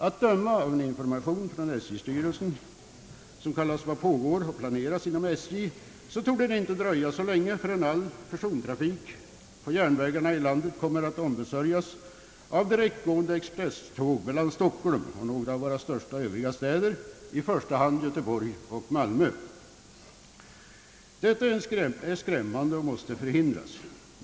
Att döma av en information från SJ:s styrelse, »Vad pågår och planeras inom SJ?», torde det inte dröja länge förrän all persontrafik på järnvägarna i landet kommer att ombesörjas av direktgående expresståg mellan Stockholm och några av våra största övriga städer, i första hand Göteborg och Malmö. Detta är skrämmande och måste förhindras.